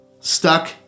stuck